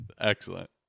excellent